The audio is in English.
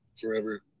forever